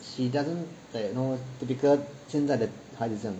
she doesn't like you know typical 现在的孩子这样子